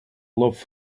love